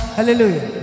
Hallelujah